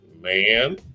man